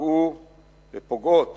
פגעו ופוגעות